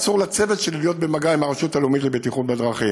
אסור לצוות שלי להיות במגע עם הרשות הלאומית לבטיחות בדרכים.